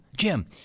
Jim